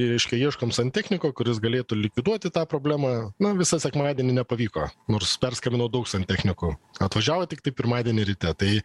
reiškia ieškom santechniko kuris galėtų likviduoti tą problemą na visą sekmadienį nepavyko nors perskambinau daug santechnikų atvažiavo tiktai pirmadienį ryte tai